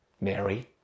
Mary